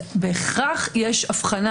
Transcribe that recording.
בהכרח יש הבחנה